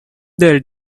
there